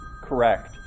correct